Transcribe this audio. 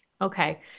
Okay